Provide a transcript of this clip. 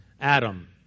Adam